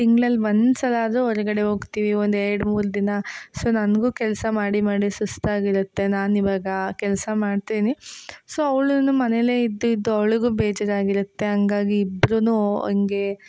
ತಿಂಗ್ಳಲ್ಲಿ ಒಂದು ಸಲ ಆದ್ರೂ ಹೊರ್ಗಡೆ ಹೋಗ್ತಿವಿ ಒಂದು ಎರಡು ಮೂರು ದಿನ ಸೊ ನನಗೂ ಕೆಲಸ ಮಾಡಿ ಮಾಡಿ ಸುಸ್ತಾಗಿರುತ್ತೆ ನಾನು ಇವಾಗ ಕೆಲಸ ಮಾಡ್ತೀನಿ ಸೊ ಅವ್ಳೂ ಮನೆಲ್ಲೆ ಇದ್ದು ಇದ್ದು ಅವ್ಳಿಗೂ ಬೇಜಾರಾಗಿರುತ್ತೆ ಹಂಗಾಗಿ ಇಬ್ರೂ ಹಂಗೆ